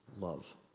love